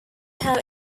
have